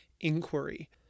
inquiry